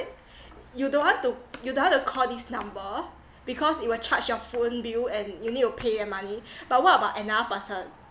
you don't want to you don't want to call this number because it will charge your phone bill and you need to pay money but what about another person